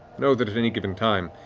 know that at any given time,